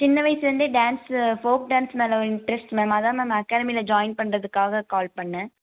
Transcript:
சின்ன வயசுலந்தே dance folk dance மேலே இன்ட்ரெஸ்ட் மேம் அதான் மேம் அகாடெமியில ஜாயின் பண்ணுறதுக்காக கால் பண்ணேன்